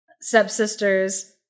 stepsisters